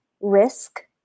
risk